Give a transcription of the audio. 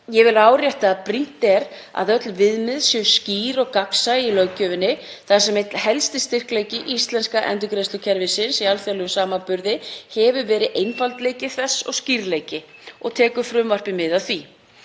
Ég vil árétta að brýnt er að öll viðmið séu skýr og gagnsæ í löggjöfinni þar sem einn helsti styrkleiki íslenska endurgreiðslukerfisins í alþjóðlegum samanburði hefur verið einfaldleiki þess og skýrleiki og tekur frumvarpið mið af því.